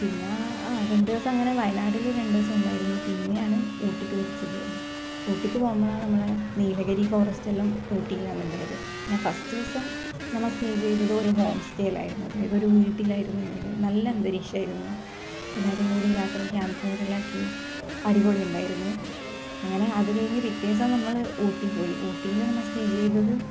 പിന്ന ആ രണ്ടു ദിവസം അങ്ങനെ വയനാടില് രണ്ടു ദിവസം ഉണ്ടായിരുന്നു പിന്നെയാണ് ഊട്ടിക്ക് തിരിച്ചത് ഊട്ടിക്ക് പോകുമ്പോളാണ് നമ്മളെ നീലഗിരി ഫോറസ്റ്റ് എല്ലാം ഊട്ടിയിലാണ് ഉണ്ടായത് പിന്നെ ഫസ്റ്റ് ദിവസം നമ്മൾ സ്റ്റേ ചെയ്തത് ഒരു ഹോം സ്റ്റേയിലായിരുന്നു അതായത് ഒരു വീട്ടിലായിരുന്നു നല്ല അന്തരീക്ഷം ആയിരുന്നു എല്ലാവരും കൂടി രാത്രി ക്യാമ്പ് ഫയര് എല്ലാം ആക്കി അടിപൊളി ഉണ്ടായിരുന്നു അങ്ങനെ അതുകഴിഞ്ഞ് പിറ്റേ ദിവസം നമ്മൾ ഊട്ടി പോയി ഊട്ടിയില് നമ്മൾ സ്റ്റേ ചെയ്തത്